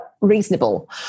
reasonable